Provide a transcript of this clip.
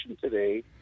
today